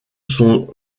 sont